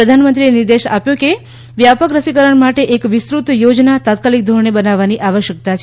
પ્રધાનમંત્રીએ નીર્દેશ આપ્યો કે વ્યાપક રસીકરણ માટે એક વિસ્તૃત યોજના તાત્કાલિક ોધરણે બનાવવાની આવશ્યકતા છે